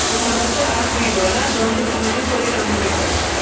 سُے منٛزَس چھِ اَکھ زٕے دۄہ نا دۄن دۄہَن منٛز چھِ یہِ سورُے کَمپٕلیٖٹ کَرُن